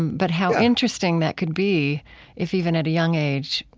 but how interesting that could be if, even at a young age,